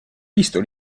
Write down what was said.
visto